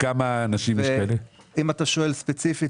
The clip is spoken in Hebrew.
אם אתה שואל ספציפית,